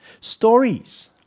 Stories